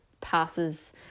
passes